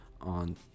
on